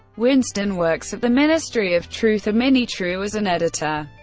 winston works at the ministry of truth, or minitrue, as an editor.